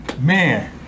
Man